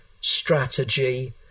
strategy